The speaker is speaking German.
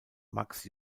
max